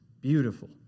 Beautiful